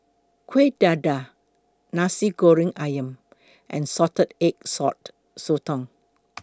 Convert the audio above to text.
Kueh Dadar Nasi Goreng Ayam and Salted Egg Yolk Sotong